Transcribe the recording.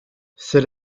c’est